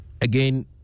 Again